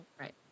Right